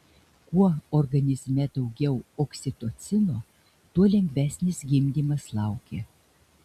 kuo organizme daugiau oksitocino tuo lengvesnis gimdymas laukia